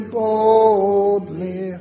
boldly